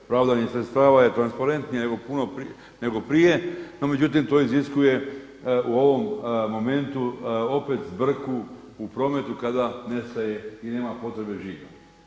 Pravdanje sredstva je transparentnije nego prije, no međutim to iziskuje u ovom momentu opet zbrku u prometu kada nestaje i nema potrebe žiga.